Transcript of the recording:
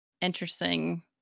interesting